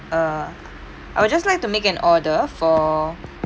err I would just like to make an order for